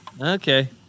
Okay